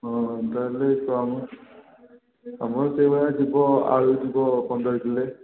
ହଁ ତା'ହେଲେ ଆମର ସେହିଭଳିଆ ଯିବ ଆଳୁ ଯିବ ପନ୍ଦର କିଲୋ